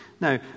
Now